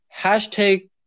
hashtag